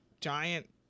giant